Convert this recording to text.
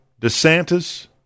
DeSantis